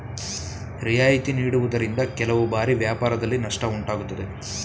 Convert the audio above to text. ರಿಯಾಯಿತಿ ನೀಡುವುದರಿಂದ ಕೆಲವು ಬಾರಿ ವ್ಯಾಪಾರದಲ್ಲಿ ನಷ್ಟ ಉಂಟಾಗುತ್ತದೆ